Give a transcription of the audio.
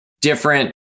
different